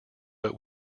but